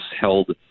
held